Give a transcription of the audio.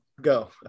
go